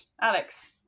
alex